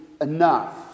enough